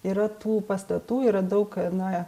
yra tų pastatų yra daug na